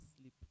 sleep